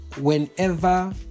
Whenever